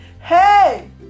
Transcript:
Hey